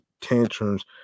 tantrums